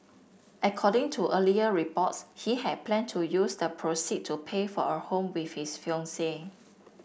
according to earlier reports he had planned to use the proceed to pay for a home with his fiancee